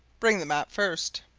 bring the map first.